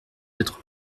être